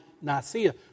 Nicaea